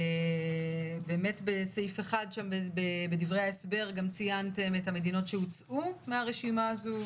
באמת בסעיף 1 בדברי ההסבר גם ציינתם את המדינות שהוצאו מהרשימה הזו.